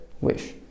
wish